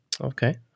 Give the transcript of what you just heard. Okay